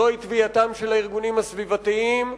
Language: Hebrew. זו תביעתם של הארגונים הסביבתיים,